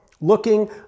Looking